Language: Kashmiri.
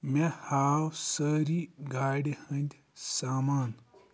مےٚ ہاو سٲری گاڑِ ہٕنٛدۍ سامان